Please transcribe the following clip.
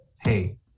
hey